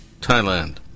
Thailand